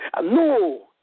no